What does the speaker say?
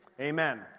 amen